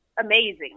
amazing